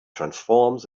transforms